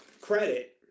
credit